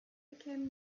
became